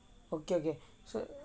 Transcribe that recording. okay okay so